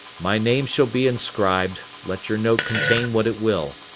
my name shall be inscribed, let your note contain what it will.